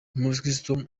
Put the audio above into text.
umukiristo